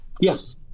Yes